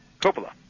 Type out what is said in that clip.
Coppola